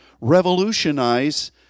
revolutionize